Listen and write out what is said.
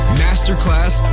masterclass